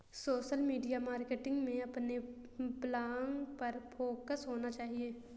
social media marketing में अपने blog पर फोकस होना चाहिए